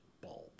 bulb